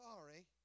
sorry